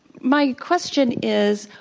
my question is,